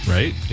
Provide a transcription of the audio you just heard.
Right